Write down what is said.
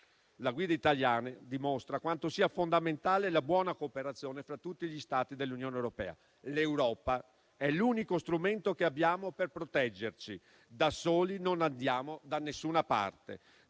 La guida italiana dimostra quanto sia fondamentale la buona cooperazione fra tutti gli Stati dell'Unione europea. L'Europa è l'unico strumento che abbiamo per proteggerci. Da soli non andiamo da nessuna parte.